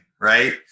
Right